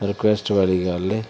request ਵਾਲੀ ਗੱਲ ਹੈ